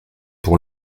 pour